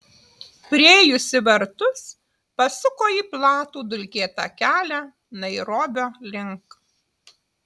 priėjusi vartus pasuko į platų dulkėtą kelią nairobio link